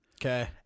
Okay